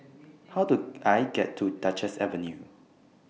How Do I get to Duchess Avenue